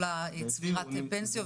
כל צבירת הפנסיות?